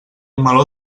meló